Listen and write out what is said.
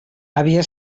havia